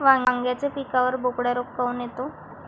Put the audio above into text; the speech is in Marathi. वांग्याच्या पिकावर बोकड्या रोग काऊन येतो?